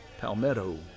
Palmetto